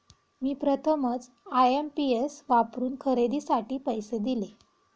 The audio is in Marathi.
मी प्रथमच आय.एम.पी.एस वापरून खरेदीसाठी पैसे दिले